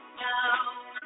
now